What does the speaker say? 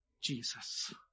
Jesus